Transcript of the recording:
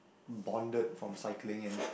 bonded from cycling and